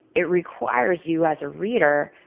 it requires you, as a reader,